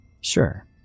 Sure